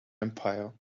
empire